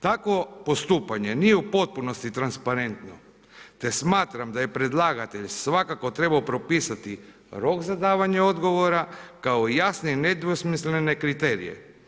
Tako postupanje nije u potpunosti transparentno te smatram da je predlagatelj svakako trebao propisati rok za davanje odgovora kao i jasne i nedvosmislene kriterije.